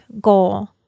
goal